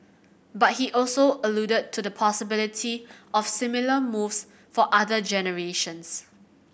but he also alluded to the possibility of similar moves for other generations